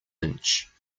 inch